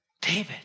David